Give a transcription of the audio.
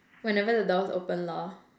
whenever the doors open lor